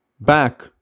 back